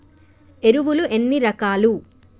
ఎరువులు ఎన్ని రకాలు?